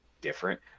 different